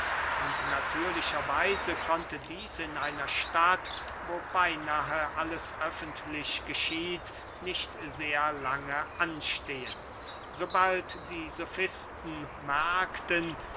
und natürlicher weise konnte dieß in einer stadt wo beynahe alles öffentlich geschieht nicht sehr lange anstehen sobald die sofisten merkten